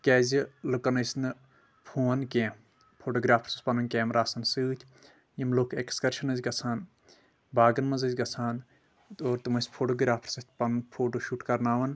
تِکیٛازِلُکن ٲسۍ نہٕ فون کینٛہہ فوٹوگرافرس اوس پنُن کیمرا آسان سۭتۍ یِم لُک اٮ۪کسکرشن ٲسۍ گژھان باغن منٛز ٲسۍ گژھان اور تِم ٲسۍ فوٹوگرافرس اَتھِ پنُن فوٹو شوٗٹ کرناوان